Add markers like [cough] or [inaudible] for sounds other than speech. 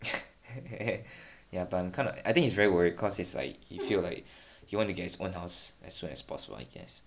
[laughs] ya but I'm kind of I think he's very worried cause it's like he feel like he want to get his own house as soon as possible I guess